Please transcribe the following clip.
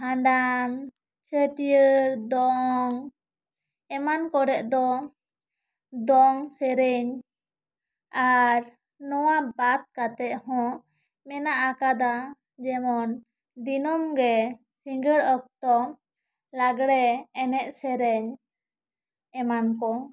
ᱵᱷᱟᱸᱰᱟᱱ ᱪᱷᱟᱹᱴᱭᱟᱹᱨ ᱫᱚᱝ ᱮᱢᱟᱱ ᱠᱚᱨᱮ ᱫᱚ ᱫᱚᱝ ᱥᱮᱨᱮᱧ ᱟᱨ ᱱᱚᱣᱟ ᱵᱟᱫᱽ ᱠᱟᱛᱮ ᱦᱚᱸ ᱢᱮᱱᱟᱜ ᱟᱠᱟᱫᱟ ᱡᱮᱢᱚᱱ ᱫᱤᱱᱚᱢ ᱜᱮ ᱥᱤᱸᱜᱟᱹᱲ ᱚᱠᱛᱚ ᱞᱟᱜᱽᱬᱮ ᱮᱱᱮᱜ ᱥᱮᱨᱮᱧ ᱮᱢᱟᱱ ᱠᱚ